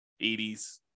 80s